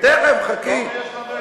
תיכף, חכי.